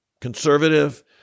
conservative